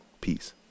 peace